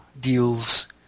deals